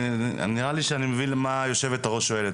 נראה לי שאני מבין מה יושבת הראש שואלת.